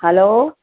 hello